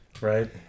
Right